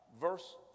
verse